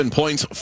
points